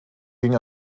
ging